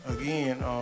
Again